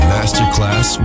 Masterclass